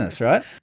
right